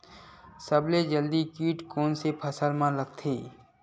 सबले जल्दी कीट कोन से फसल मा लगथे?